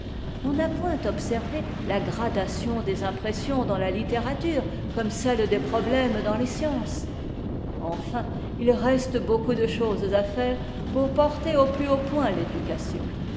n'a point observé la gradation des impressions dans la iittérature comme celle des problèmes dans les sciences enfin il reste beaucoup de choses à faire pour porter au plus haut point l'éducation